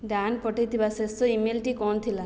Dan ପଠାଇଥିବା ଶେଷ ଇମେଲ୍ଟି କ'ଣ ଥିଲା